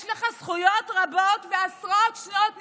יש לך זכויות רבות ועשרות שנות ניסיון.